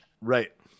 Right